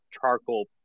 charcoal